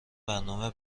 برنامه